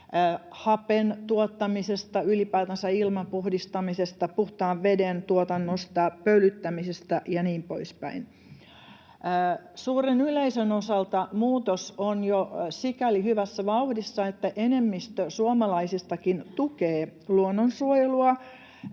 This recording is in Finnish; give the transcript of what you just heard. hapen tuottamisesta ylipäätänsä, ilman puhdistamisesta, puhtaan veden tuotannosta, pölyttämisestä, ja niin poispäin. Suuren yleisön osalta muutos on jo sikäli hyvässä vauhdissa, että enemmistö suomalaisistakin tukee luonnonsuojelua